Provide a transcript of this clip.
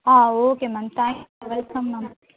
ah okay ma'am thank you welcome ma'am